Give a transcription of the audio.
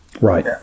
Right